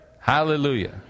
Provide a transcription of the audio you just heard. Hallelujah